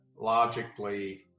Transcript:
logically